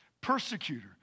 Persecutor